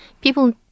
people